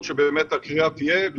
ביטחון 22 שנה.